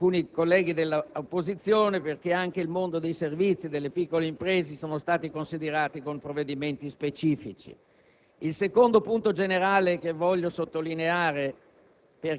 alcuni colleghi dell'opposizione, perché anche il mondo dei servizi e delle piccole imprese è stato considerato con provvedimenti specifici. Il secondo punto generale che intendo evidenziare